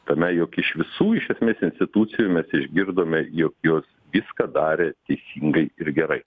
tame jog iš visų iš esmės institucijų mes išgirdome jog jos viską darė teisingai ir gerai